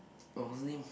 I was the name